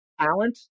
talent